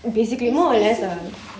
basically more or less ah